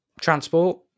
transport